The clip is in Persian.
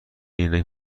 عینک